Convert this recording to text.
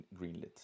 greenlit